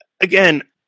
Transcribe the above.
Again